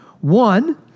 One